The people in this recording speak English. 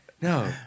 No